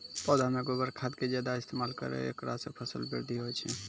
पौधा मे गोबर खाद के ज्यादा इस्तेमाल करौ ऐकरा से फसल बृद्धि होय छै?